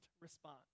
response